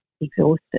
exhausted